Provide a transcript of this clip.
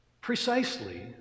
precisely